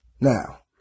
Now